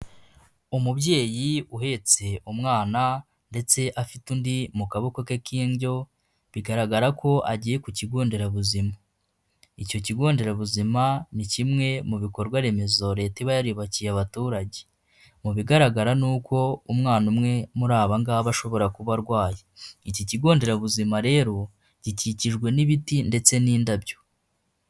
Umubyeyi uhetse umwana ndetse afite undi mu kaboko ke k'indyo, bigaragara ko agiye ku kigo nderabuzima. Icyo kigo nderabuzima ni kimwe mu bikorwa remezo leta iba yarubakiye abaturage, mu bigaragara ni uko umwana umwe muri abangaba ashobora kuba arwaye iki kigo nderabuzima rero, gikikijwe n'ibiti ndetse n'indabyo.